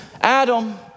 Adam